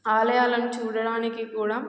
ఆలయాలను చూడడానికి కూడా